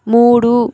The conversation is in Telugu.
మూడు